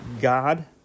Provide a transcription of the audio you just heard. God